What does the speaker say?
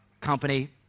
company